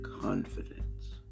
confidence